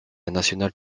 nationale